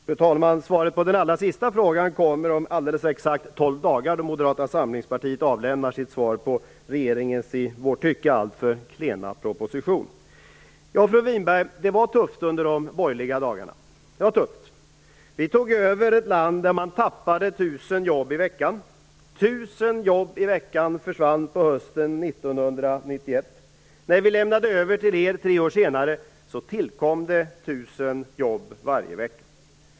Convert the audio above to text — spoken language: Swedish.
Fru talman! Svaret på den allra sista frågan kommer om alldeles exakt tolv dagar, då Moderata samlingspartiet avlämnar sitt svar på regeringens i vårt tycke alltför klena proposition. Det var tufft under de borgerliga dagarna, fru Winberg. Vi tog över ett land där man tappade 1 000 jobb i veckan. 1 000 jobb i veckan försvann under hösten 1991. När vi lämnade över till er tre år senare tillkom 1 000 jobb varje vecka.